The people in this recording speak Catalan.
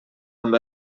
amb